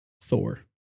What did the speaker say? Thor